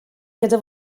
gyda